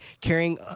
carrying